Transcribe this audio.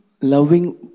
loving